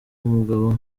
umugabo